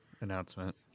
announcement